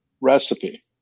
recipe